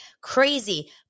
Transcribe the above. crazy